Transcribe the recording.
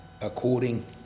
according